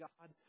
God